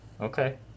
Okay